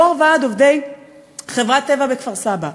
יו"ר ועד עובדי חברת "טבע" בכפר-סבא.